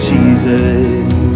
Jesus